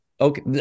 Okay